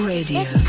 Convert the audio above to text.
Radio